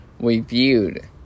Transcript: reviewed